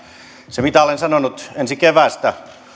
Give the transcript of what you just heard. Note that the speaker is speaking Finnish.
se mitä olen sanonut ensi keväästä